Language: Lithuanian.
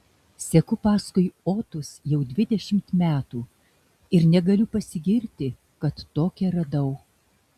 seku paskui otus jau dvidešimt metų ir negaliu pasigirti kad tokią radau